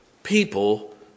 People